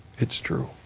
it's true.